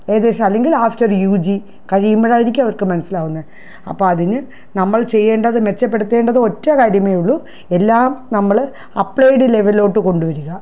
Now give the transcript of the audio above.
ഏകദേശം അല്ലെങ്കിൽ after U G കഴിയുമ്പോഴായിരിക്കും അവർക്ക് മനസ്സിലാവുന്നത് അപ്പോഴതിന് നമ്മൾ ചെയ്യേണ്ടത് മെച്ചപ്പെടുത്തേണ്ടത് ഒറ്റ കാര്യമേയുള്ളൂ എല്ലാം നമ്മൾ അപ്ലൈഡ് ലെവലിലോട്ട് കൊണ്ടുവരിക